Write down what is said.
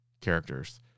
characters